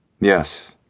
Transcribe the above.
Yes